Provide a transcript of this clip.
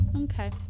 Okay